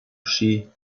ski